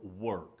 work